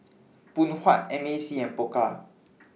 Phoon Huat M A C and Pokka